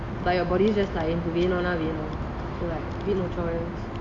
but your body's just like என்னக்கு வேணும்னா வேணும்:ennaku venumna venum so like a bit no choice